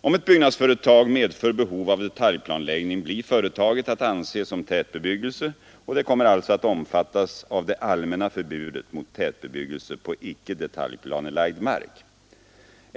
Om ett byggnadsföretag medför behov av detaljplanläggning blir företaget att anse som tätbebyggelse och det kommer alltså att omfattas av det allmänna förbudet mot tätbebyggelse på icke detaljplanelagd mark.